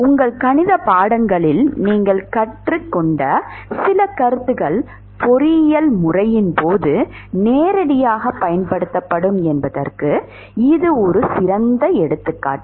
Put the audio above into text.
உங்கள் கணிதப் பாடங்களில் நீங்கள் கற்றுக்கொண்ட சில கருத்துக்கள் பொறியியல் முறையின் போது நேரடியாகப் பயன்படுத்தப்படும் என்பதற்கு இது ஒரு சிறந்த எடுத்துக்காட்டு